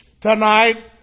tonight